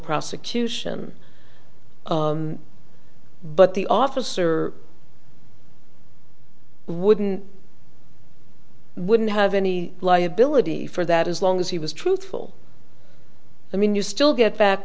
prosecution but the officer wouldn't wouldn't have any liability for that as long as he was truthful i mean you still get back